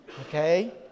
okay